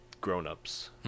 grown-ups